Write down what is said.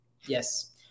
Yes